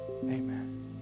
Amen